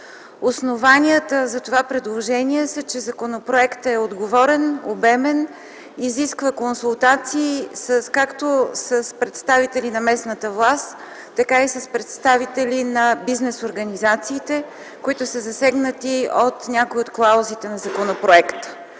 Основанията за това предложение са, че законопроектът е отговорен, обемен и изисква консултации както с представители на местната власт, така и с представители на бизнес организациите, които са засегнати от някои от клаузите на законопроекта.